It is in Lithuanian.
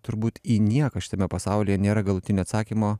turbūt į nieką šitame pasaulyje nėra galutinio atsakymo